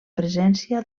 presència